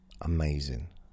Amazing